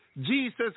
Jesus